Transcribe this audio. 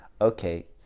Okay